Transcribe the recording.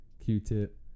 Q-Tip